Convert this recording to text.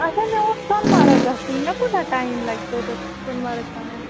اَچھا مےٚ اوس سۄنہٕ مَرگ گژھُن مےٚ کوٗتاہ ٹایم لَگہِ توٚتَتھ سۄنہٕ مَرگ تانۍ